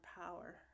power